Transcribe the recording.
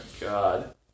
God